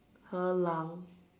和狼